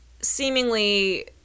seemingly